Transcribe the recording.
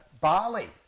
Bali